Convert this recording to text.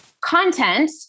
content